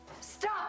Stop